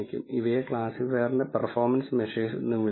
ഇവയെ ക്ലാസിഫയറിന്റെ performance measures എന്ന് വിളിക്കുന്നു